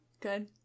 Good